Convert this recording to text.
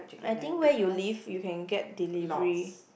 I think where you live you can get delivery